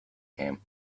came